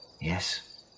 Yes